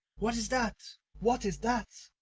what is that? what is that?